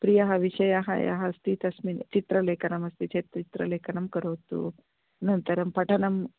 प्रियः विषयः यः अस्ति तस्मिन् चित्रलेखनम् अस्ति चेत् चित्रलेखनं करोतु अनन्तरं पठनम्